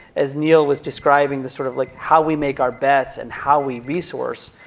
as neil was describing the sort of like how we make our bets and how we resource,